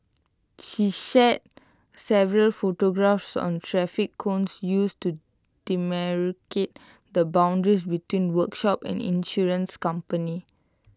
she shared several photographs on traffic cones used to demarcate the boundaries between workshop and insurance company